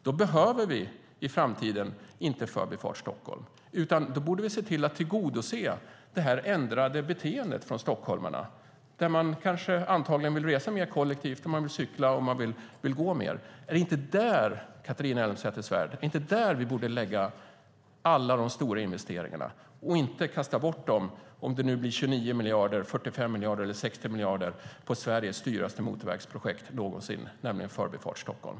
Då behöver vi i framtiden inte Förbifart Stockholm, utan vi borde se till att tillgodose detta ändrade beteende hos stockholmarna. Man vill antagligen resa mer kollektivt, och man vill cykla och gå mer. Är det inte där vi borde göra de stora investeringarna och inte kasta bort dessa pengar - antingen det nu blir 29 miljarder, 45 miljarder eller 60 miljarder - på Sveriges dyraste motorvägsprojekt någonsin, nämligen Förbifart Stockholm?